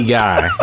guy